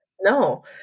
No